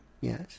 Yes